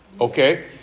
Okay